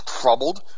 troubled